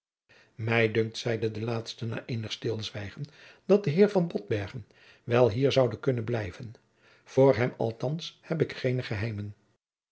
mij dunkt zeide de laatste na eenig stilzwijgen dat de heer van botbergen wel hier zoude kunnen blijven voor hem althands heb ik geene geheimen